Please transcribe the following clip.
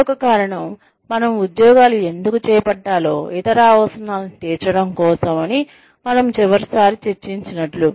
మరొక కారణం మనం ఉద్యోగాలు ఎందుకు చేపట్టాలో ఇతర అవసరాలను తీర్చడం కోసం అని మనము చివరిసారి చర్చించినట్లు